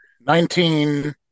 Nineteen